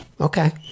okay